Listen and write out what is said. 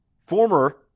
Former